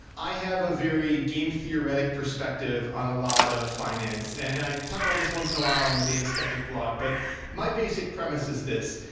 i have a very game-theoretic perspective on a lot of finance, and i talk about this once in a while on the data skeptic blog. but my basic premise is this,